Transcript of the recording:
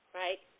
right